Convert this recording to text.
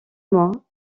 moi